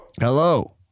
Hello